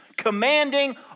commanding